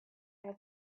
have